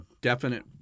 definite